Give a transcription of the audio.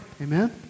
Amen